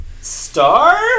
star